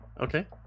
okay